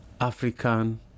African